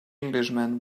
englishman